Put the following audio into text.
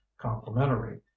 complementary